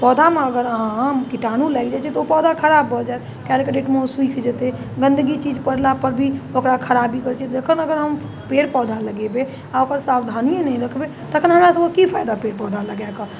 पौधामे अगर अहाँ कीटाणु लागि जाइ छै तऽ ओ पौधा खराब भऽ जाएत काल्हिके डेटमे ओ सुखि जेतै गन्दगी चीज पड़लापर भी ओकरा खराबी करै छै जखन हम पेड़ पौधा लगेबै आओर ओकर सावधानी नहि रखबै तखन हमरा सबके की फाइदा पेड़ पौधा लगाकऽ